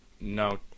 no